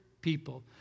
people